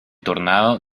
tornado